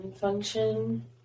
function